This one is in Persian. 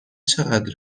چقدر